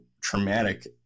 traumatic